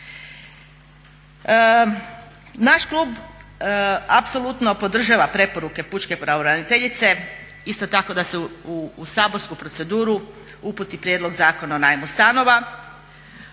Naš klub apsolutno podržava preporuke pučke pravobraniteljice, isto tako da se u saborsku proceduru uputi prijedlog Zakona o najmu stanova,